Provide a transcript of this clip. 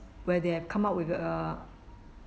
where they have come up with a